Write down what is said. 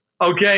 Okay